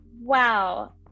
wow